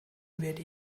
werde